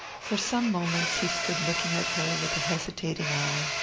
for some moments he stood looking at her with a hesitating eye,